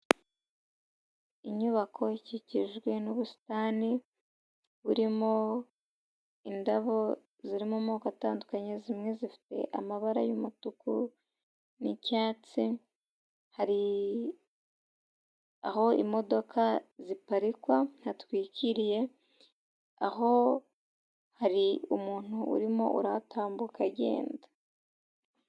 Inyubako ikikijwe n'ubusitani burimo indabo ziri mu moko atandukanye, zimwe zifite amabara y'umutuku n'icyatsi hari aho imodoka ziparika ntatwikiriye aho hari umuntu urimo uratambuka agenda.